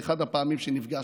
באחת הפעמים שנפגשנו.